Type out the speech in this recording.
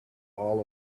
all